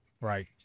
Right